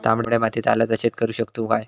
तामड्या मातयेत आल्याचा शेत करु शकतू काय?